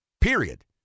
period